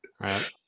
Right